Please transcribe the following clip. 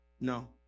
No